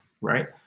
right